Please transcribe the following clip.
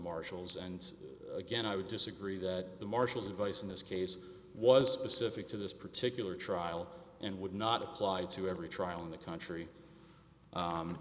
marshals and again i would disagree that the marshals advice in this case was specific to this particular trial and would not apply to every trial in the country